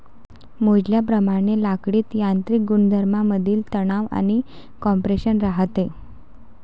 मोजल्याप्रमाणे लाकडीत यांत्रिक गुणधर्मांमधील तणाव आणि कॉम्प्रेशन राहते